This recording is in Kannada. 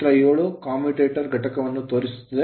ಚಿತ್ರ 7 commutator ಕಮ್ಯೂಟೇಟರ್ ನ ಘಟಕಗಳನ್ನು ತೋರಿಸುತ್ತದೆ